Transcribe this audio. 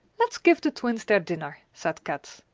let's give the twins their dinner, said kat.